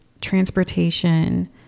transportation